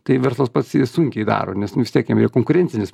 tai verslas pats sunkiai daro nes nu vis tiek yra konkurencinis